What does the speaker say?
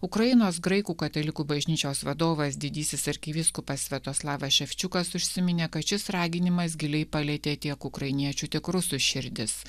ukrainos graikų katalikų bažnyčios vadovas didysis arkivyskupas sviatoslavas ševčiukas užsiminė kad šis raginimas giliai palietė tiek ukrainiečių tiek rusų širdis